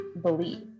believe